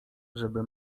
żeby